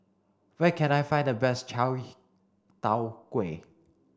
where can I find the best Chai Tow Kway